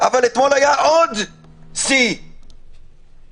אבל אתמול היה עוד שיא מחפיר.